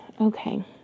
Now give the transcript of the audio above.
Okay